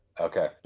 okay